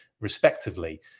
respectively